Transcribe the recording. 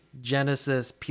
Genesis